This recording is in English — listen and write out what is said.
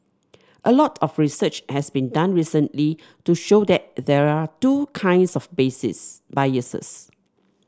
a lot of research has been done recently to show that there are two kinds of biases